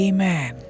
Amen